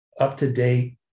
up-to-date